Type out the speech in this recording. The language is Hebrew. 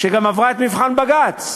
שגם עברה את מבחן בג"ץ.